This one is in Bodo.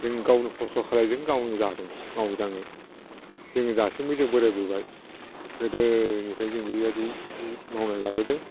जों गावनो खस्थ' खालामदों गावनो जादों मावै दाङै जोङो दासिमबो जों बोरायबोबाय गोदोनिफ्रायनो जों बेबायदि मावना जाबोदों